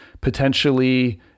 potentially